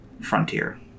frontier